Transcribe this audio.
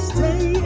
Stay